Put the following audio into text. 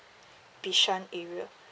bishan area